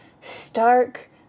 stark